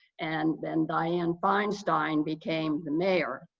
and then dianne feinstein became the mayor,